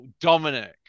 Dominic